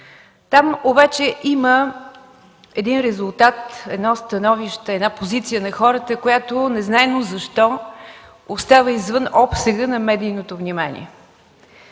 Там обаче има един резултат, едно становище, една позиция на хората, която незнайно защо остава извън обсега на медийното внимание,